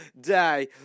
day